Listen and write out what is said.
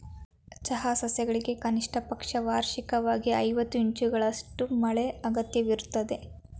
ಚಹಾ ಸಸ್ಯಗಳಿಗೆ ಕನಿಷ್ಟಪಕ್ಷ ವಾರ್ಷಿಕ್ವಾಗಿ ಐವತ್ತು ಇಂಚುಗಳಷ್ಟು ಮಳೆ ಅಗತ್ಯವಿರ್ತದೆ